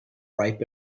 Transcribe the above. ripe